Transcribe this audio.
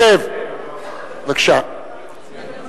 בהחלט יש טווחי בטיחות ויש תקנים עולמיים שהמשרד להגנת הסביבה מאמץ,